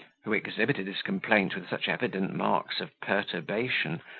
who exhibited his complaint with such evident marks of perturbation,